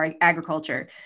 agriculture